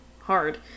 hard